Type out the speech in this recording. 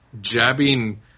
jabbing